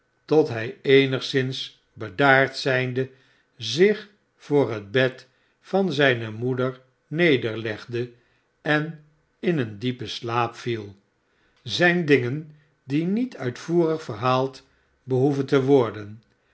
tot hij eenigszins bedaard zijnde zich voor het bed van zijne moeder nederlegde en in een diepen slaap viel zijn dingen die niet uitvoerig verhaald behoeven te worden